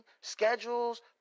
schedules